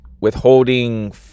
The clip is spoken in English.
withholding